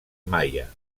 maia